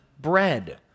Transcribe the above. bread